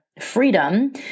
freedom